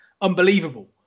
unbelievable